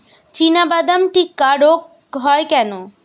চিনাবাদাম টিক্কা রোগ হয় কেন?